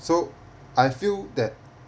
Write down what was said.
so I feel that